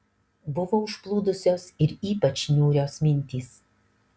buvo užplūdusios ir ypač niūrios mintys